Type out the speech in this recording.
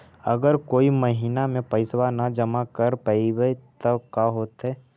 अगर कोई महिना मे पैसबा न जमा कर पईबै त का होतै?